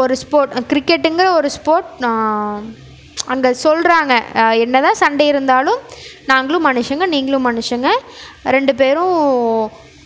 ஒரு ஸ்போர்ட் கிரிக்கெட்டுங்கிற ஒரு ஸ்போர்ட் நா அங்கே சொல்கிறாங்க என்ன தான் சண்டை இருந்தாலும் நாங்களும் மனுஷங்கள் நீங்களும் மனுஷங்கள் ரெண்டு பேரும்